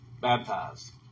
baptized